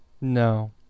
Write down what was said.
No